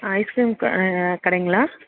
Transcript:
ice cream கடைங்களா